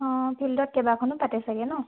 অঁ ফিল্ডত কেইবাখনো পাতে চাগে ন